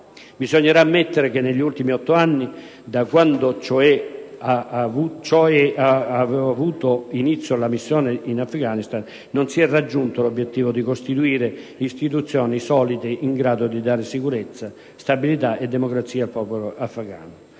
Bisognerà ammettere che negli ultimi otto anni, da quando cioè ha avuto inizio la missione in Afghanistan, non si è raggiunto l'obiettivo di costituire istituzioni solide, in grado di dare sicurezza, stabilità e democrazia al popolo afgano.